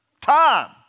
Time